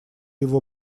его